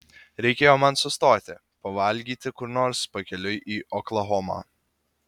reikėjo man sustoti pavalgyti kur nors pakeliui į oklahomą